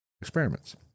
experiments